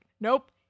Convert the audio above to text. nope